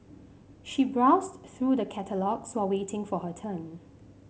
she browsed through the catalogues while waiting for her turn